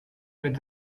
mit